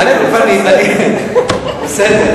בסדר.